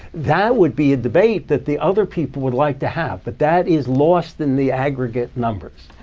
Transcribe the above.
that would be a debate that the other people would like to have. but that is lost in the aggregate numbers.